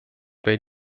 bei